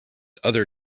other